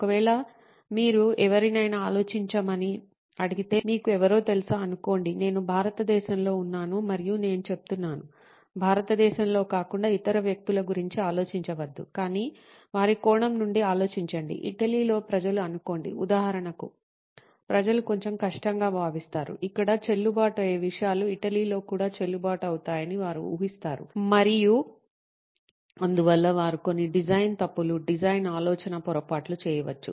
ఒకవేళ మీరు ఎవరినైనా ఆలోచించమని అడిగితే మీకు ఎవరో తెలుసా అనుకోండి నేను భారతదేశంలో ఉన్నాను మరియు నేను చెప్తున్నాను భారతదేశంలో కాకుండా ఇతర వ్యక్తుల గురించి ఆలోచించవద్దు కానీ వారి కోణం నుండి ఆలోచించండి ఇటలీలో ప్రజలు అనుకోండి ఉదాహరణకు ప్రజలు కొంచెం కష్టంగా భావిస్తారు ఇక్కడ చెల్లుబాటు అయ్యే విషయాలు ఇటలీలో కూడా చెల్లుబాటు అవుతాయని వారు ఊహిస్తారు మరియు అందువల్ల వారు కొన్ని డిజైన్ తప్పులు డిజైన్ ఆలోచన పొరపాట్లు చేయవచ్చు